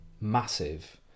massive